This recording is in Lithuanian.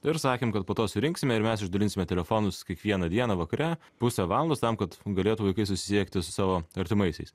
ir sakėm kad po to surinksime ir mes išdalinsime telefonus kiekvieną dieną vakare pusę valandos tam kad galėtų vaikai susisiekti su savo artimaisiais